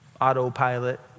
Autopilot